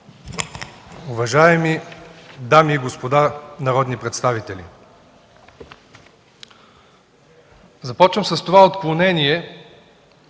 уважаеми дами и господа народни представители! Започвам с това отклонение,